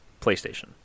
PlayStation